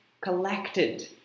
collected